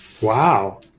Wow